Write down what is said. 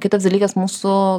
kitas dalykas mūsų